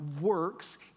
works